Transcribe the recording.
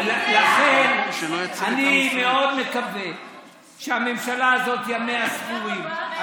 לכן, אני מאוד מקווה שהממשלה הזאת, ימיה ספורים.